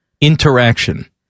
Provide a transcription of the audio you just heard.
interaction